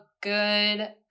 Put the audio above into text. good